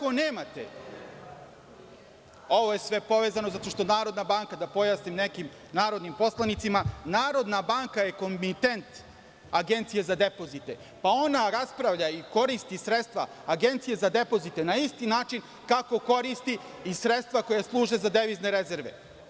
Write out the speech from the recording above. Ovo je sve povezano zato što Narodna banka, da pojasnim nekim narodnim poslanicima, Narodna banka je komintent Agencije za depozite, pa ona raspravlja i koristi sredstva Agencije za depozite na isti način kako koristi i sredstva koja služe za devizne rezerve.